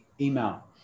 email